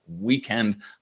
weekend